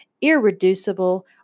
irreducible